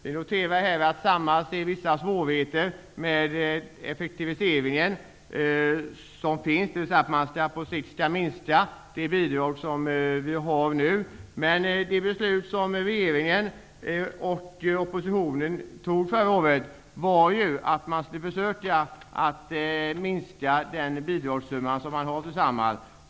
Vi kan notera att Samhall ser vissa svårigheter med effektiviseringen, dvs. att man på sikt skall minska det bidrag som finns nu. Det beslut som regeringen och oppositionen fattade förra året innebar att man skulle försöka att minska den bidragssumma som går till Samhall.